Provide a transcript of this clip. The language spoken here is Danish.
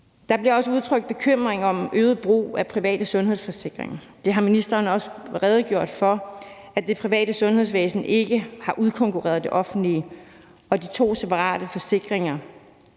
Der bliver også udtrykt bekymring om øget brug af private sundhedsforsikringer. Ministeren har også redegjort for, at det private sundhedsvæsen ikke har udkonkurreret det offentlige, og de to separate forsikringer